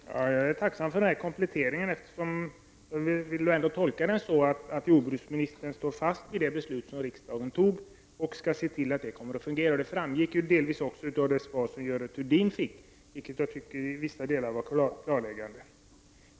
Herr talman! Jag är tacksam för den kompletteringen. Jag vill tolka det som att jordbruksministern står fast vid det beslut som riksdagen fattade och att han kommer att se till att det genomförs. Det framgick delvis också av det svar som gavs till Görel Thurdin och som till vissa delar var klarläggande.